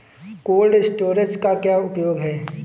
Cold storage का क्या उपयोग है?